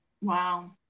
Wow